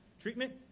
Treatment